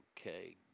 Okay